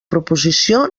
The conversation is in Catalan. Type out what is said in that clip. proposició